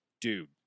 dude